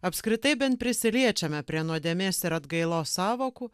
apskritai bent prisiliečiame prie nuodėmės ir atgailos sąvokų